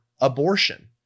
abortion